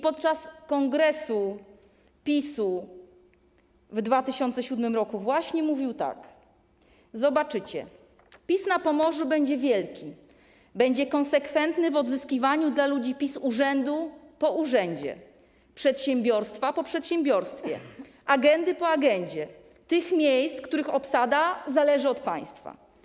Podczas kongresu PiS-u w 2007 r. mówił właśnie tak: Zobaczycie, PiS na Pomorzu będzie wielki, będzie konsekwentny w odzyskiwaniu dla ludzi PiS urzędu po urzędzie, przedsiębiorstwa po przedsiębiorstwie, agendy po agendzie, tych miejsc, których obsada zależy od państwa.